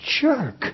jerk